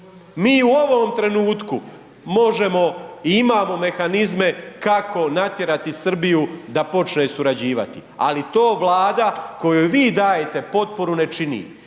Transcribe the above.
Mi u ovom trenutku možemo i imamo mehanizme kako natjerati Srbiju da počne surađivati, ali to Vlada kojoj vi dajete potporu ne čini,